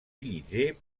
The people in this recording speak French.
utilisée